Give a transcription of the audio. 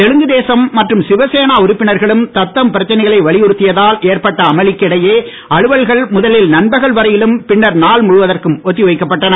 தெலுங்கும் தேசம் மற்றும் சிவசேனா உறுப்பினர்களும் தத்தம் பிரச்சனைகளை வலியுறுத்தியதால் ஏற்பட்ட அமலிக்கிடையே அலுவல்கள் முதலில் நண்பகல் வரையிலும் பின்னர் நாள் முழுவதற்கும் ஒத்திவைக்கப்பட்டன